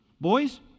Boys